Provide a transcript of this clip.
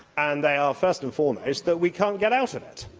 and they are, first and foremost, that we can't get out of it.